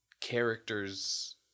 characters